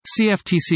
CFTC